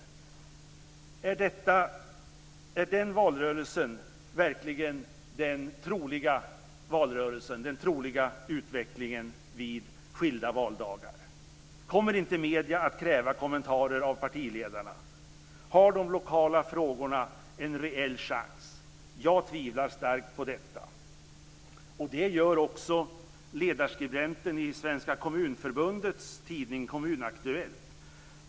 Är den valrörelsen verkligen den troliga utvecklingen vid skilda valdagar? Kommer inte medierna att kräva kommentarer av partiledarna? Har de lokala frågorna en reell chans? Jag tvivlar starkt på detta. Det gör också ledarskribenten i Svenska kommunförbundets tidning Kommun-Aktuellt.